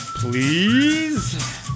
Please